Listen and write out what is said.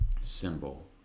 symbol